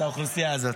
את האוכלוסייה הזאת.